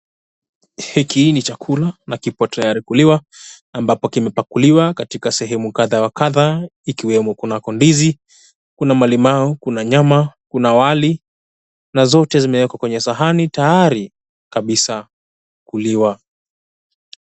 Hiki ni chakula, na kipo tayari kuliwa, ambapo kimepakuliwa katika sehemu kadha wa kadha, ikiwemo kunako ndizi, kuna malimau, kuna nyama, kuna wali. Na zote zimewekwa kwenye sahani tayari kabisa kuliwa.